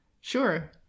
Sure